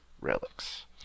relics